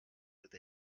with